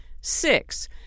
Six